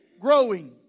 growing